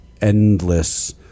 endless